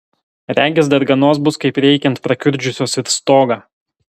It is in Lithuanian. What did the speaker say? regis darganos bus kaip reikiant prakiurdžiusios ir stogą